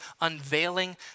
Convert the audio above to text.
unveiling